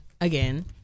again